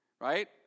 right